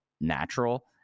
natural